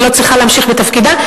והיא לא צריכה להמשיך בתפקידה,